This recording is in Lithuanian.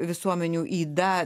visuomenių yda